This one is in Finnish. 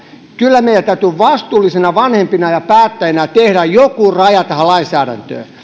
kyllä meidän täytyy vastuullisina vanhempina ja päättäjinä tehdä joku raja tähän lainsäädäntöön